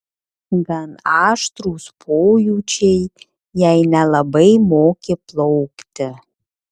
gan aštrūs pojūčiai jei nelabai moki plaukti